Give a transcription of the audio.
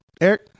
Eric